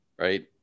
right